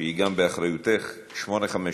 שגם היא באחריותך, מס' 857,